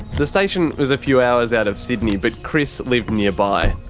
the station was a few hours out of sydney, but chris lived nearby.